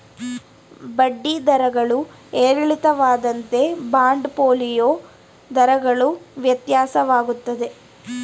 ಬಡ್ಡಿ ದರಗಳು ಏರಿಳಿತವಾದಂತೆ ಬಾಂಡ್ ಫೋಲಿಯೋ ದರಗಳು ವ್ಯತ್ಯಾಸವಾಗುತ್ತದೆ